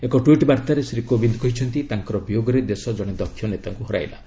ଏକ ଟ୍ୱିଟ୍ ବାର୍ତ୍ତାରେ ଶ୍ରୀ କୋବିନ୍ଦ କହିଛନ୍ତି ତାଙ୍କର ବିୟୋଗରେ ଦେଶ ଜଣେ ଦକ୍ଷ ନେତାଙ୍କୁ ହରାଇଲା